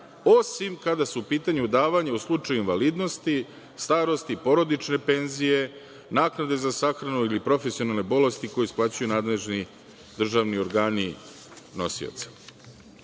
osim kada su u pitanju davanja u slučaju invalidnosti, starosti, porodične penzije, naknade za sahranu ili profesionalne bolesti koje isplaćuju nadležni državni organi nosioca. Davanja